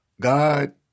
God